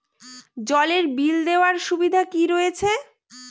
জলের বিল দেওয়ার সুবিধা কি রয়েছে?